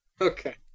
Okay